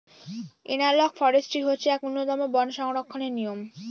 analogue forestry হচ্ছে এক উন্নতম বন সংরক্ষণের নিয়ম